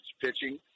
pitching